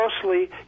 closely